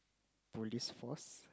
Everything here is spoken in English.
Police Force